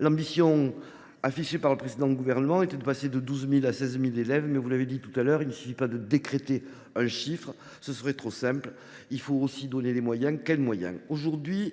L’ambition affichée par le précédent gouvernement est de passer à 12 000, puis à 16 000 élèves, mais, vous l’avez dit, il ne suffit pas de décréter un chiffre – ce serait trop simple. Il faut aussi donner les moyens. Lesquels ?